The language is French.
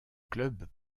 club